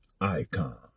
Icon